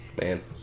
Man